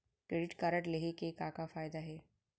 Credit card लेहे के का का फायदा हे?